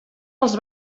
els